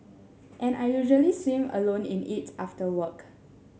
and I usually swim alone in it after work